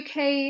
UK